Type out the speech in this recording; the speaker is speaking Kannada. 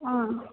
ಆಂ